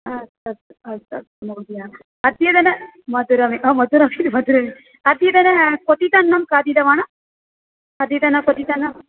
अ अस्तु अस्तु अस्तु महोदय अत्यदन मधुरमपि मधुरमपि मदुरमपि अत्यन्तं क्वथितं खादितवती अद्यतन क्वथितम्